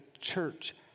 church